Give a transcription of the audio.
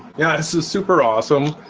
yeah, this is super awesome.